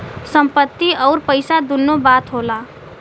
संपत्ति अउर पइसा दुन्नो बात होला